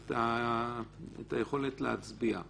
את היכולת להצביע.